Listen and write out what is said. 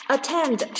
Attend